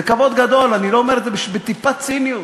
זה כבוד גדול, אני אומר את זה בלי טיפת ציניות.